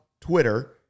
Twitter